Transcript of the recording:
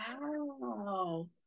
Wow